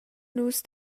nus